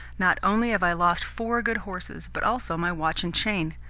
not only have i lost four good horses, but also my watch and chain.